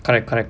correct correct